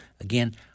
again